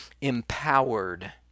empowered